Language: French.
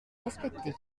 respecté